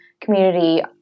community